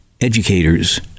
educators